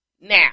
Now